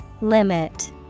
Limit